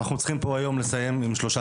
אנחנו צריכים פה היום לסיים עם שלושה